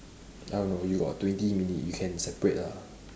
I don't know you got twenty minutes you can separate lah